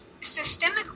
systemic